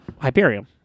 Hyperion